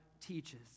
teaches